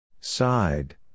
Side